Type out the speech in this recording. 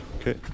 Okay